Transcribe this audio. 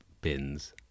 bins